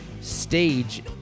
stage